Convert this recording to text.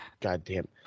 Goddamn